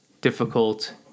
difficult